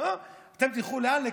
אתם תלכו, לאן?